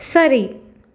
சரி